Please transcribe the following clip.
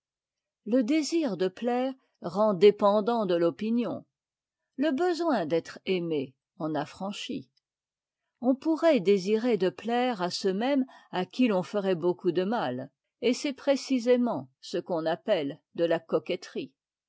le désir de plaire rend dépendant de l'opinion le besoin d'être aimé en affranchit on pourrait désirer de plaire à ceux même à qui l'on ferait beaucoup de mal et c'est précisément ce qu'on appelle de a coquetterie